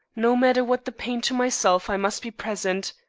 no matter what the pain to myself, i must be present.